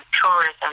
tourism